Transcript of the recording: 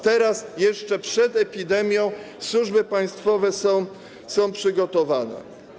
Tym razem jeszcze przed epidemią służby państwowe są przygotowane.